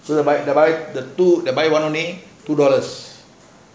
the buy the two the buy one kuih two dollars